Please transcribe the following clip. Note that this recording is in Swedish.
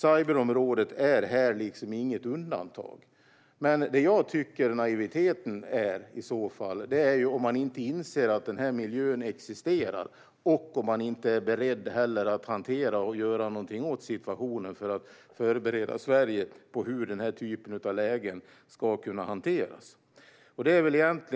Cyberområdet är här inget undantag. Jag tycker att det är naivt om man inte inser att miljön existerar eller inte är beredd att hantera och göra något åt situationen för att förbereda Sverige på hur den typen av lägen kan hanteras. Detta är